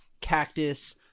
cactus